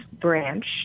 branch